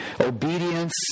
Obedience